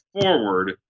forward